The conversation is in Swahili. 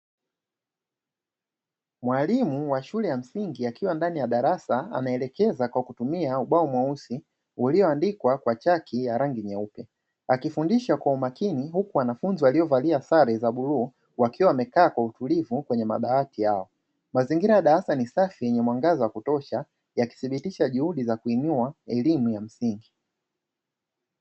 Mwalimu wa shule ya msingi akiwa ndani ya darasa anaelekeza kwa kutumia ubao mweusi, ulioandikwa kwa chaki ya rangi nyeupe akifundisha kwa umakini, huku wanafunzi waliovalia sare za bluu wakiwa wamekaa kwa utulivu kwenye madawati yao, mazingira ya darasa ni safi yenye mwangaza wa kutosha, yakithibitisha juhudi za kuinua elimu ya msingi.